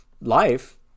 life